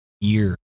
year